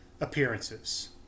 appearances